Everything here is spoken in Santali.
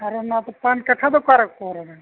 ᱟᱨ ᱚᱱᱟ ᱯᱟᱱ ᱠᱟᱴᱷᱟ ᱫᱚ ᱚᱠᱟᱨᱮ ᱠᱚ ᱦᱚᱨᱚᱜᱟ